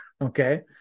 okay